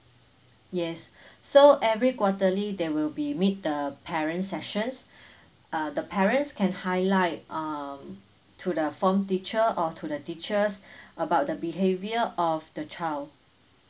yes so every quarterly there will be meet the parent sessions uh the parents can highlight um to the form teacher or to the teachers about the behavior of the child